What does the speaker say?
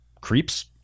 creeps